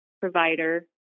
provider